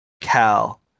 Cal